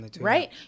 right